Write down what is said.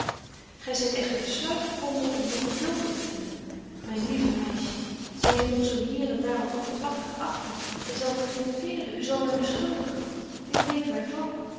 zo gy echter besluiten konde om nog geduld te oeffenen myn lieve meisje zy heeft nog zo hier en daar wat oppervlakkige achting zy zal triomfeeren u zal men beschuldigen wie weet waar